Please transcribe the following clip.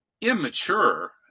immature